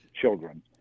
children